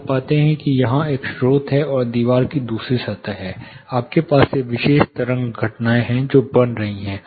आप पाते हैं कि यहां एक स्रोत है और दीवार की दूसरी सतह है आपके पास ये विशेष तरंग घटनाएं हैं जो बन रही हैं